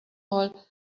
all